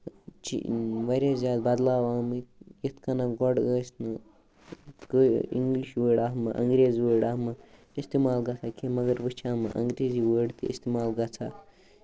چھِ یِم واریاہ زیادٕ بدلاو آمٕتۍ یِتھ کَنۍ گۄڈٕ ٲسۍ نہٕ کانہہ اِنگلِش واڑ اَنگریٖز واڑ اَتھ منٛز اِٮستعمال گژھان کیٚنٛہہ مَگر وۄنۍ چھِ اَتھ منٛز انگریٖزی تہِ اِستعمال گژھان